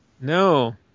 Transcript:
No